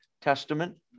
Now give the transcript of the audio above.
Testament